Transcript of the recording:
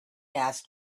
asked